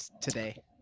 today